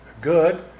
good